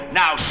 now